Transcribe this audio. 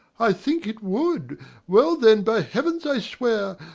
i think it would well, then, by heavens i swear,